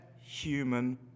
human